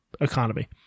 economy